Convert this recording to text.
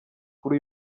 kuri